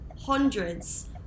hundreds